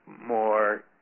more